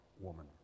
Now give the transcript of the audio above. woman